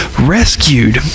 rescued